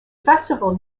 festival